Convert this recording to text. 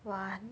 !wah!